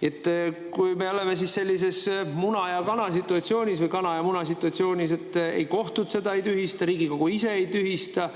tõttu. Me oleme sellises muna-ja-kana‑situatsioonis või kana-ja-muna-situatsioonis, et ei kohtud seda ei tühista, Riigikogu ise ei tühista.